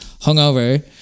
hungover